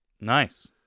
nice